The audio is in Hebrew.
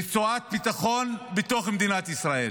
רצועת ביטחון בתוך מדינת ישראל.